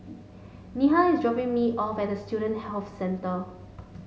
Neha is dropping me off at Student Health Centre